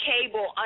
cable